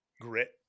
grit